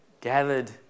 gathered